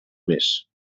més